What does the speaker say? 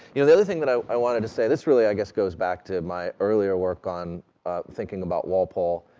you know the other thing that i i wanted to say, this really, i guess, goes back to my earlier work on thinking about walpole,